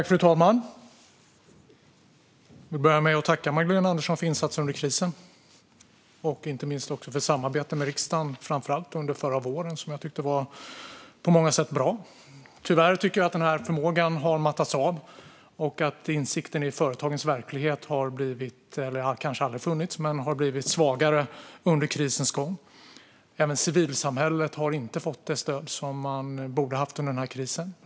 Fru talman! Jag börjar med att tacka Magdalena Andersson för insatser under krisen och inte minst för samarbetet med riksdagen, framför allt under förra våren, som jag på många sätt tyckte var bra. Tyvärr tycker jag att den förmågan har mattats av, och insikten i företagens verklighet har blivit svagare under krisens gång - eller den har kanske aldrig funnits. Och civilsamhället har inte fått det stöd som det borde ha haft under krisen.